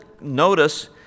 notice